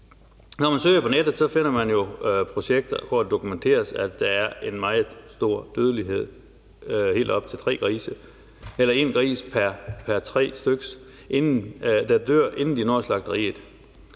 Når man søger på nettet, finder man jo projekter, hvor det dokumenteres, at der er en meget stor dødelighed. Det er helt op til en gris pr. tre styk, der dør, inden de når slagteriet,